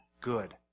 good